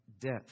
death